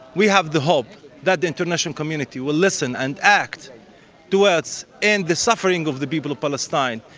we have the hope that the international community will listen and act towards end the suffering of the people of palestinian.